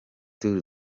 tour